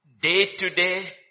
day-to-day